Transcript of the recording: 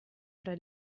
fra